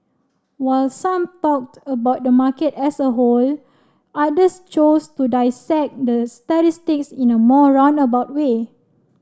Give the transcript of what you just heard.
while some talked about the market as a whole others chose to dissect the statistics in a more roundabout way